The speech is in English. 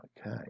Okay